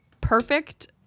perfect